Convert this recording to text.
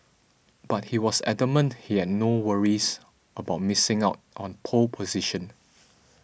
but he was adamant he had no worries about missing out on pole position